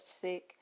sick